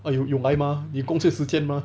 mah 时间 mah